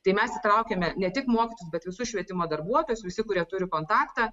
tai mes įtraukiame ne tik mokytojus bet visus švietimo darbuotojus visi kurie turi kontaktą